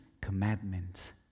commandments